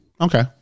okay